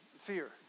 fear